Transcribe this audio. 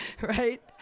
Right